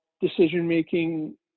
decision-making